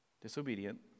disobedient